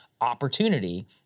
opportunity